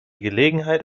gelegenheit